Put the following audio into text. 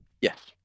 Yes